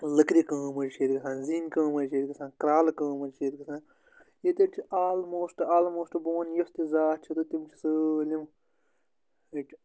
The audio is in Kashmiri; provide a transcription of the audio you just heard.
لٔکرِ کٲم حَظ چھِ ییٚتہِ گژھان زنۍ کٲم حَظ چھِ ییٚتہِ گژھان کرٛالہٕ کٲم حَظ چھِ ییٚتہِ گژھان ییٚتہِ چھِ آلموسٹ آلموسٹ بہٕ وَن یۄس تہِ ذات چھِ تہٕ تِم چھِ سٲلِم ییٚتہِ